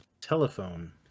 telephone